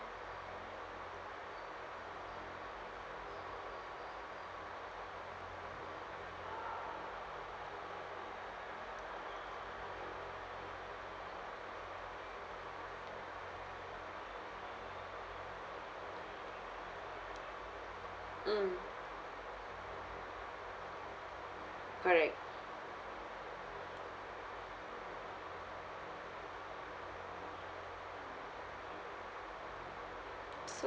mm correct